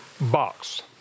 box